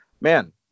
man